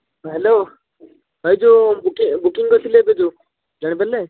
hello ଭାଇ ଯେଉଁ booking booking କରିଥିଲି ଏବେ ଯେଉଁ ଜାଣିପାରିଲେ